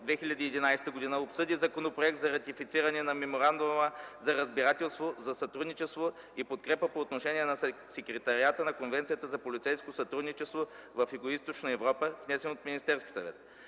2011 г., обсъди Законопроект за ратифициране на Меморандума за разбирателство за сътрудничество и подкрепа по отношение на Секретариата на Конвенцията за полицейско сътрудничество в Югоизточна Европа, внесен от Министерския съвет.